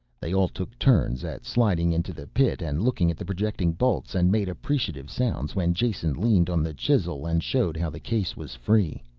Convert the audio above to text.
they all took turns at sliding into the pit and looking at the projecting bolts and made appreciative sounds when jason leaned on the chisel and showed how the case was free.